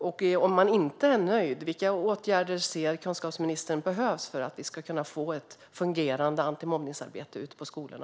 Om man inte är nöjd, vilka åtgärder ser kunskapsministern behövs för att vi ska kunna få ett fungerande antimobbningsarbete ute på skolorna?